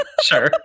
Sure